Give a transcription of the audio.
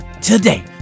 today